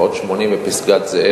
ועוד 80 בפסגת-זאב,